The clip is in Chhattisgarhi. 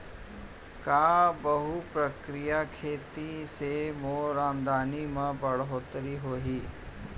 का बहुप्रकारिय खेती से मोर आमदनी म बढ़होत्तरी होही?